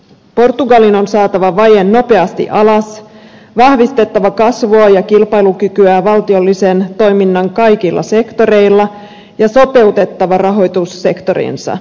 portugalin on saatava vaje nopeasti alas vahvistettava kasvua ja kilpailukykyä valtiollisen toiminnan kaikilla sektoreilla ja sopeutettava rahoitussektorinsa